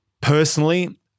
personally